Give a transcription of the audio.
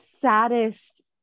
saddest